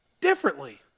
differently